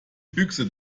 büchse